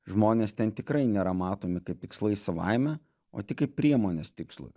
žmonės ten tikrai nėra matomi kaip tikslai savaime o tik kaip priemonės tikslui